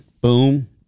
boom